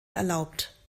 erlaubt